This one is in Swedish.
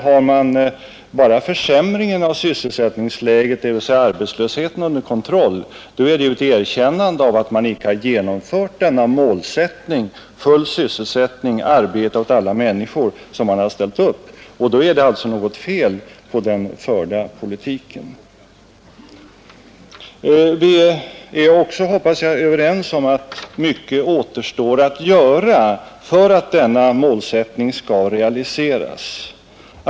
Har man bara försämringen av sysselsättningsläget, dvs. arbetslösheten, under kontroll är det ju ett erkännande av att man icke har genomfört den målsättning — full sysselsättning, arbete åt alla människor — som man ställt upp, och då är det alltså något fel på den förda politiken. Vi är, hoppas jag, överens om att mycket återstår att göra för att denna målsättning skall realiseras.